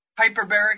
hyperbaric